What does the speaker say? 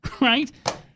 Right